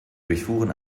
durchfuhren